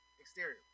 Exterior